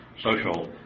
social